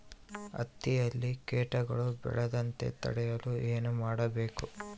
ಹತ್ತಿಯಲ್ಲಿ ಕೇಟಗಳು ಬೇಳದಂತೆ ತಡೆಯಲು ಏನು ಮಾಡಬೇಕು?